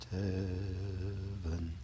heaven